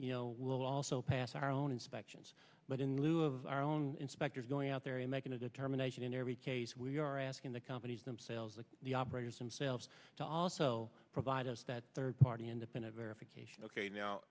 will also pass our own inspections but in lieu of our own inspectors going out there and making a determination in every case we are asking the companies themselves like the operators themselves to also provide us that third party independent verification ok now